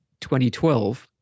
2012